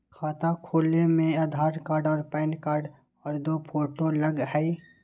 खाता खोले में आधार कार्ड और पेन कार्ड और दो फोटो लगहई?